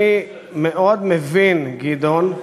אני מאוד מבין, גדעון,